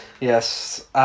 Yes